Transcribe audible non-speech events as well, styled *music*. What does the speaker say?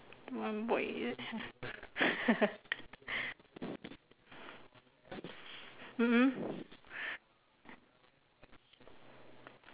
one boy ah *laughs* mm mm